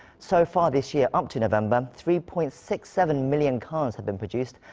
so far this year up to november, three point six seven million cars have been produced,